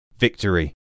victory